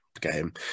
game